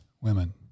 women